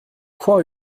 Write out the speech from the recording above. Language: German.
chor